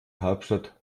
hauptstadt